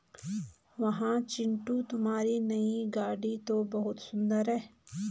वाह चिंटू तुम्हारी नई गाड़ी तो बहुत सुंदर है